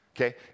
Okay